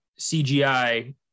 CGI